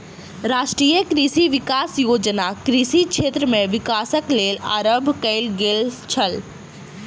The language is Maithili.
राष्ट्रीय कृषि विकास योजना कृषि क्षेत्र में विकासक लेल आरम्भ कयल गेल छल